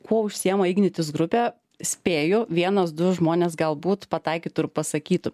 kuo užsiima ignitis grupė spėjo vienas du žmonės galbūt pataikytų ir pasakytų